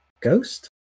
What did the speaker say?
ghost